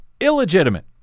illegitimate